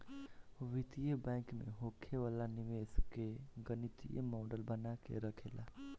वित्तीय बैंक में होखे वाला निवेश कअ गणितीय मॉडल बना के रखेला